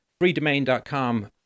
freedomain.com